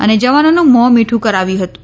અને જવાનોનું મોં મીઠું કરાવ્યું હતું